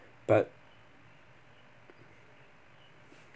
but